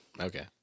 Okay